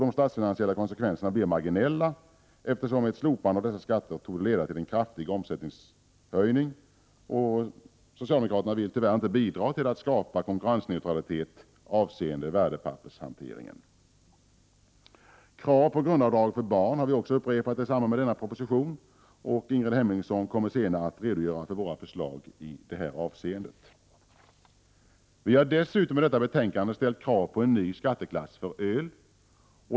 De statsfinansiella konsekvenserna blir marginella, eftersom ett slopande av dessa skatter torde leda till en kraftig omsättningshöjning. Socialdemokraterna vill tyvärr inte bidra till att skapa konkurrensneutralitet avseende värdepappershanteringen. Krav på grundavdrag för barn har vi också upprepat i samband med denna proposition. Ingrid Hemmingsson kommer senare att redogöra för våra förslag i detta hänseende. Vi har dessutom i detta betänkande ställt krav på en ny skatteklass för öl.